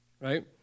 right